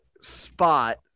spot